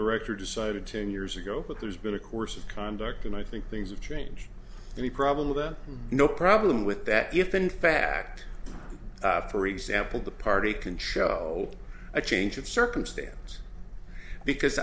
director decided to years ago but there's been a course of conduct and i think things have changed and he probable that no problem with that if in fact for example the party can show a change of circumstance because